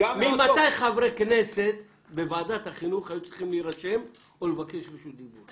ממתי חברי כנסת בוועדת החינוך היו צריכים להירשם או לבקש רשות דיבור?